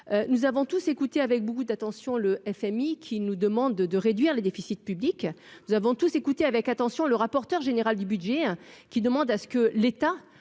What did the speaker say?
nous avons tous écouté avec beaucoup d'attention le FMI qui nous demande de réduire les déficits publics, nous avons tous écouté avec attention le rapporteur général du budget qui demande à ce que l'État